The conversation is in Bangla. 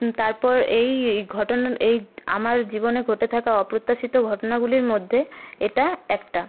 তারপর এই ঘটনা এই আমার জীবনে ঘটে থাকা অপ্রত্যাশিত ঘটনাগুলির মধ্যে এটা একটা